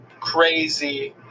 crazy